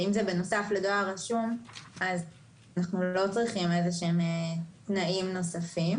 אם זה בנוסף לדואר רשום אז אנחנו לא צריכים תנאים נוספים.